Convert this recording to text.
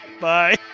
Bye